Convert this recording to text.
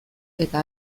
eta